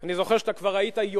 אני זוכר שאתה כבר היית יועץ,